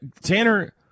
Tanner